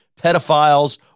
pedophiles